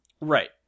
Right